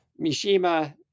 Mishima